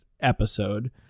episode